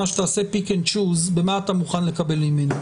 שהוא יעשה פיק אנד צ'וז במה שהוא מוכן לקבל ממנה.